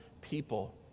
people